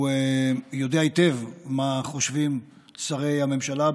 הוא יודע היטב מה חושבים שרי הממשלה,